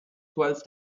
twelve